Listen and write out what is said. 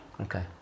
Okay